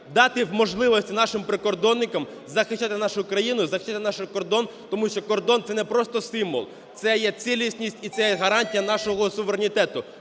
дати можливості нашим прикордонникам захищати нашу країну, захищати наш кордон. Тому що кордон це не просто символ – це є цілісність і це є гарантія нашого суверенітету.